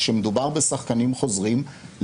כשמדובר בשחקנים חוזרים,